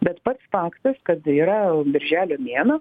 bet pats faktas kad yra birželio mėnuo